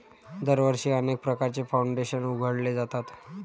दरवर्षी अनेक प्रकारचे फाउंडेशन उघडले जातात